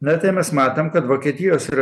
na tai mes matom kad vokietijos re